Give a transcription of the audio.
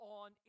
on